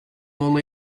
only